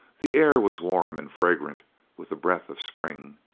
the air was warm and fragrant with the breath of spring.